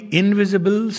invisible